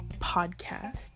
podcast